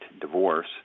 divorce